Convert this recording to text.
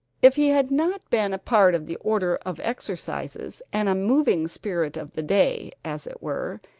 if he had not been a part of the order of exercises, and a moving spirit of the day, as it were,